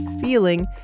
feeling